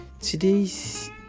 Today's